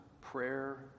prayer